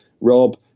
rob